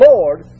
Lord